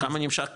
כמה נמשך,